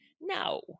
No